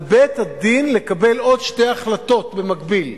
על בית-הדין לקבל עוד שתי החלטות במקביל: